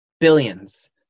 billions